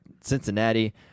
Cincinnati